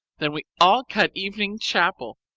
then we all cut evening chapel,